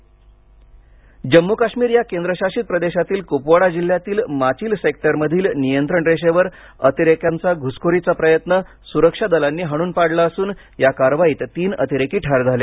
शहीद जम्मू काश्मीर या केंद्रशासित प्रदेशातील कुपवाडा जिल्ह्यातील माचिल सेक्टरमधील नियंत्रण रेषेवर अतिरेक्यांचा घुसखोरीचा प्रयत्न सुरक्षा दलांनी हाणून पाडला असून या कारवाईत तीन अतिरेकी ठार झाले